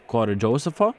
kori džiausefo